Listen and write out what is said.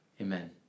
amen